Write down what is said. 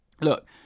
look